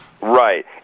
Right